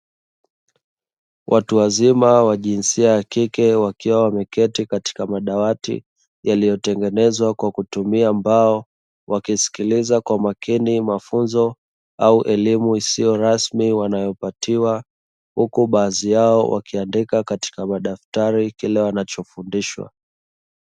Watu wazima wa jinsia ya kike wakiwa wameketi katika madawati yaliyotengenezwa kwa mbao, wakisikliza kwa makini mafunzo au elimu isio rasmi huku baadhi yao wakiandika kwenye madaftari kile wanachofundishwa.